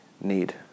need